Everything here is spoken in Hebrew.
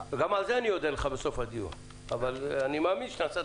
גם על זה אני אודה לך בסוף הדיון אבל אני מאמין שתעשה